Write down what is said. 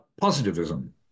positivism